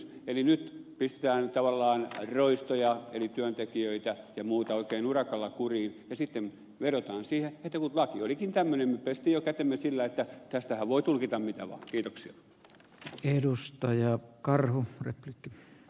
eli nyt pistetään tavallaan roistoja eli työntekijöitä ja muita oikein urakalla kuriin ja sitten vedotaan siihen että kun laki olikin tämmöinen me pesimme jo kätemme sillä että tätähän voi tulkita miten vain